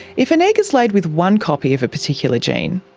if an egg is laid with one copy of a particular gene,